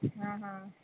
हां हां